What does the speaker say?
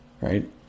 Right